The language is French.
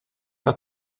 pas